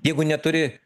jeigu neturi